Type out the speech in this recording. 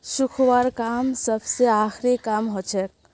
सुखव्वार काम सबस आखरी काम हछेक